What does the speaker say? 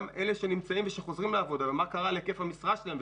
על אלה שנמצאים ושחוזים לעבודה ומה קרה להיקף המשרה שלהם,